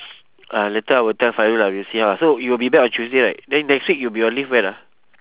uh later I will tell fairul lah we'll see how ah so you will be back on tuesday right then next week you'll be on leave when ah